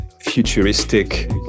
futuristic